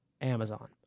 Amazon